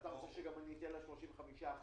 אתה רוצה שאני אתן לך גם 35%?